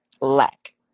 lack